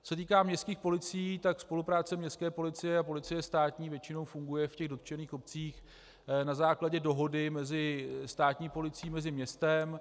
Co se týká městských policií, tak spolupráce městské policie a policie státní většinou funguje v dotčených obcích na základě dohody mezi státní policií, mezi městem.